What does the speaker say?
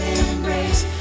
embrace